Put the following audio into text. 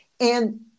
And-